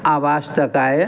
आवास तक आए